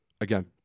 again